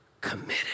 committed